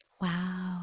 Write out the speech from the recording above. Wow